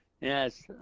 yes